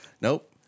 Nope